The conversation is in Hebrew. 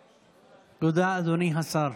תודה, אדוני השר.